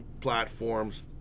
platforms